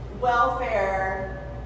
welfare